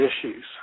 issues